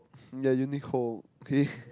yea Uniqlo okay